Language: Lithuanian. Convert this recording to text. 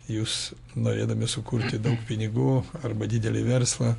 jūs norėdami sukurti daug pinigų arba didelį verslą